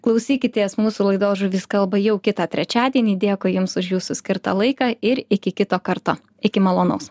klausykitės mūsų laidos žuvys kalba jau kitą trečiadienį dėkui jums už jūsų skirtą laiką ir iki kito karto iki malonaus